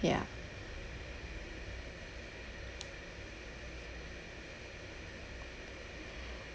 ya